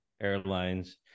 airlines